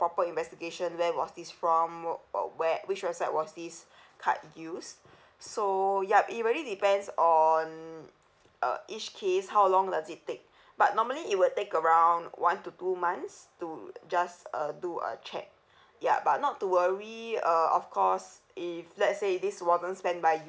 proper investigation where was this from wh~ where which website was this card used so yup it really depends on uh each case how long does it take but normally it will take around one to two months to just uh do a check ya but not to worry uh of course if let's say this wasn't spent by